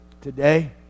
today